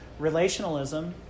Relationalism